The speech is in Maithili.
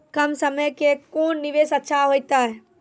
कम समय के कोंन निवेश अच्छा होइतै?